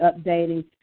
updating